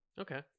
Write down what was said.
Okay